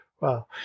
Wow